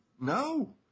No